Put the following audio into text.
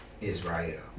Israel